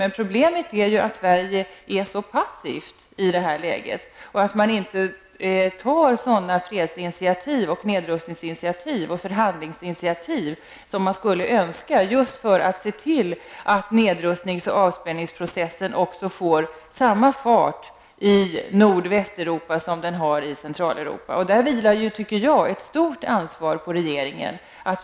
Men problemet är att Sverige är så passivt i detta läge och inte tar sådana fredsinitiativ, nedrustningsinitiativ och förhandlingsinitiativ som man skulle önska just för att se till att nedrustningarna och avspänningsprocessen får samma fart i Nordvästeuropa som i Centraleuropa. Där vilar ett stort ansvar på regeringen.